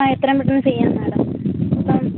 ആ എത്രയും പെട്ടെന്ന് ചെയ്യാം മാഡം ഇപ്പം